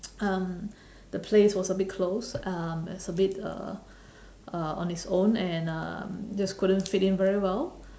um the place was a bit closed um it's a bit uh uh on it's own and um just couldn't fit in very well